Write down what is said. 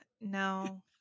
No